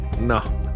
No